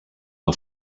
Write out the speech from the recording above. una